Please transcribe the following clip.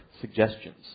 suggestions